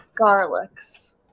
garlics